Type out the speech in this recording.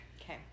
Okay